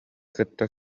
кытта